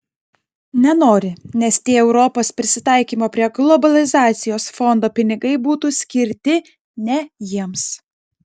nenori nes tie europos prisitaikymo prie globalizacijos fondo pinigai būtų skirti ne jiems